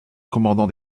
commandants